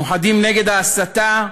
מאוחדים נגד ההסתה,